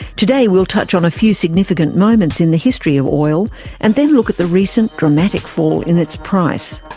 today we'll touch on a few significant moments in the history of oil and then look at the recent dramatic fall in its price.